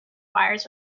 wires